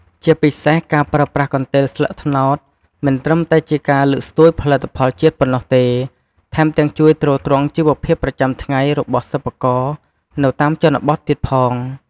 ជាពិសេស ការប្រើប្រាស់កន្ទេលស្លឹកត្នោត មិនត្រឹមតែជាការលើកស្ទួយផលិតផលជាតិប៉ុណ្ណោះទេ ថែមទាំងជួយទ្រទ្រង់ជីវភាពប្រចាំថ្ងៃរបស់សិប្បករនៅតាមជនបទទៀតផង។